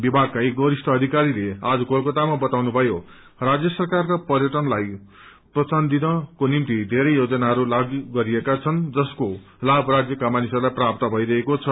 विभागका एक वरिष्ठ अधिकारीले आज कोलकातामा बाताउनुभयो राज्य सरकारद्वारा पर्यटनलाई प्रोत्साहन दिनको निम्ति धेरै योजनाहरू लागू गरिएका छन् जसको लाभ राज्यका मानिसहरूलाई प्राप्त भइरहेको छ